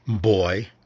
boy